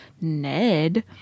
Ned